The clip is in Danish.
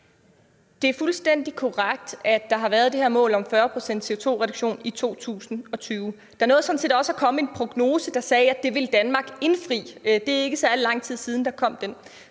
Det er fuldstændig korrekt, at der har været det her mål om 40 pct. CO2-reduktion i 2020. Der nåede sådan set også at komme en prognose, der sagde, at det ville Danmark indfri. Det er ikke særlig lang tid siden, at den